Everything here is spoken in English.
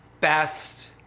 best